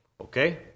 Okay